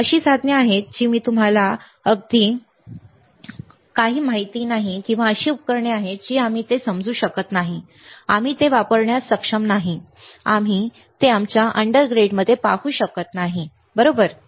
अशी साधने आहेत जी आम्हाला अगदी बरोबर माहित नाहीत आणि अशी उपकरणे आहेत जी आम्ही ते समजू शकत नाही आम्ही ते वापरण्यास सक्षम नाही आम्ही ते आमच्या अंडरग्रेडमध्ये पाहू शकत नाही बरोबर